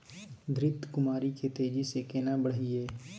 घृत कुमारी के तेजी से केना बढईये?